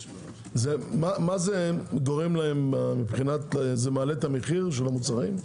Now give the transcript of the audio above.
מה זה גורם להם מבחינת זה מעלה את המחיר של המוצרים?